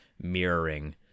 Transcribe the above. mirroring